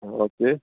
okay